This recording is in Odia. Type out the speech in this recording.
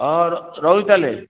ହଁ ରହୁଛି ତା'ହେଲେ